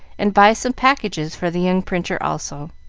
and buy some packages for the young printer also.